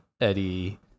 Eddie